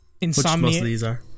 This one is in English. Insomnia